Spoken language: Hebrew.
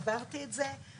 עברתי את זה.